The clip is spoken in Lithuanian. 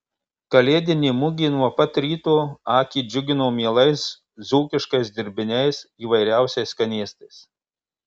kalėdinė mugė nuo pat ryto akį džiugino mielais dzūkiškais dirbiniais įvairiausiais skanėstais